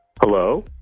Hello